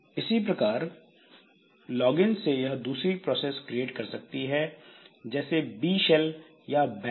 इसी प्रकार लॉगिन से यह दूसरी प्रोसेस क्रिएट कर सकती है जैसे बी शैल या बैश